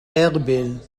erbil